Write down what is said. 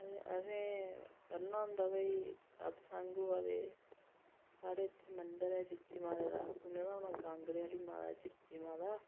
कदें असें करना होंदा भई सतसंग होऐ दे साढ़े इत्थे मंदर ऐ चीची माता दा सुने दा होना कागंड़े आह्ली माता चीची माता